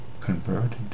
converted